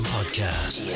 Podcast